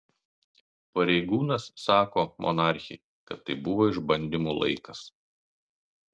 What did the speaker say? pareigūnas sako monarchei kad tai buvo išbandymų laikas